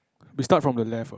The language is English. we start from the left ah